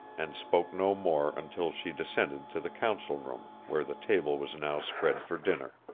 and spoke no more until she descended to the council-room where the table was now spread for dinner.